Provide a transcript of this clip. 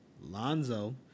Lonzo